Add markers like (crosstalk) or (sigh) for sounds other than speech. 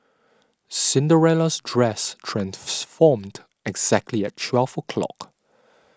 Cinderella's dress (unintelligible) exactly at twelve o'clock